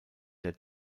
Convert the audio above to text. der